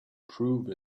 prove